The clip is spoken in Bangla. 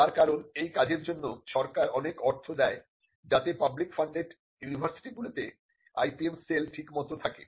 তার কারণ এই কাজের জন্য সরকার অনেক অর্থ দেয় যাতে পাবলিক ফান্ডেড ইউনিভার্সিটিগুলোতে IPM সেল ঠিকমতো থাকে